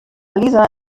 lisa